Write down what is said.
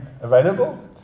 available